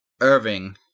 Irving